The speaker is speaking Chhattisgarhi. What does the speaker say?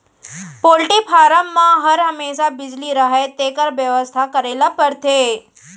पोल्टी फारम म हर हमेसा बिजली रहय तेकर बेवस्था करे ल परथे